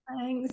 thanks